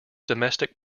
domestic